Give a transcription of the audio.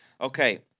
Okay